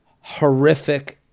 horrific